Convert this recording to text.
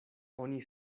oni